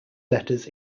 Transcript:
letters